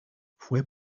fue